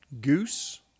goose